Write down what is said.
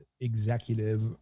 executive